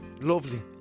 Lovely